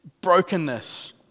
brokenness